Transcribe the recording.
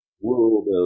world